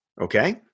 Okay